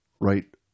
right